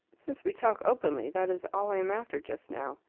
since we talk openly, that is all i am after just now.